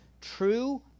True